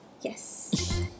Yes